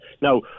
Now